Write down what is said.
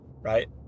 right